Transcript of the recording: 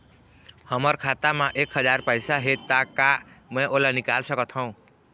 हमर खाता मा एक हजार पैसा हे ता का मैं ओला निकाल सकथव?